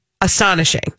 Astonishing